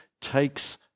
takes